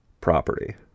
property